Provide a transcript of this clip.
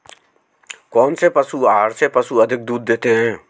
कौनसे पशु आहार से पशु अधिक दूध देते हैं?